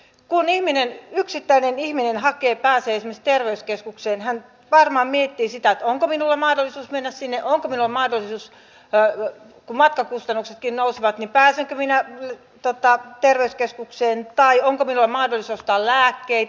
kun yksittäinen ihminen hakee ja pääsee esimerkiksi terveyskeskukseen hän varmaan miettii sitä onko minulla mahdollisuus mennä sinne onko minulla mahdollisuus kun matkakustannuksetkin nousevat pääsenkö minä terveyskeskukseen tai onko minulla mahdollisuus ostaa lääkkeitä